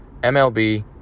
MLB